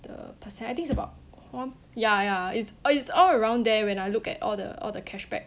the percent I think it's about one ya ya it's it's all around there when I looked at all the all the cashback